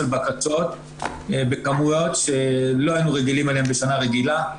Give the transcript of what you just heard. בקשות בכמויות שלא היינו רגילים אליהן בשנה רגילה,